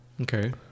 okay